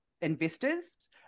investors